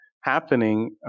happening